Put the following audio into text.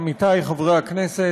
עמיתי חברי הכנסת,